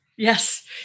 Yes